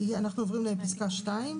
אנחנו עוברים לפסקה (2).